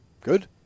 Good